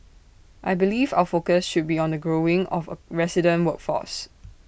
I believe of our focus should be on the growing of A resident workforce